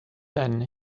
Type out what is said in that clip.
then